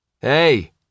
Hey